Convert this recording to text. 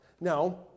Now